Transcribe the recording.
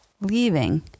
leaving